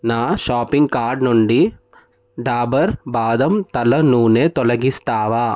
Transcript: నా shopping card నుండి డాబర్ బాదం తల నూనె తొలగిస్తావా